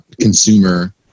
consumer